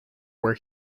where